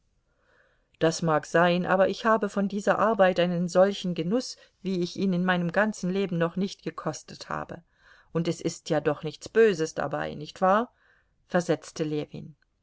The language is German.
das mag ja sein aber ich habe von dieser arbeit einen solchen genuß wie ich ihn in meinem ganzen leben noch nicht gekostet habe und es ist ja doch nichts böses dabei nicht wahr versetzte ljewin